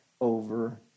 over